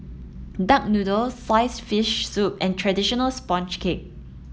duck noodle sliced fish soup and traditional sponge cake